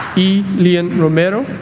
ie lien romero